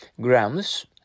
Grams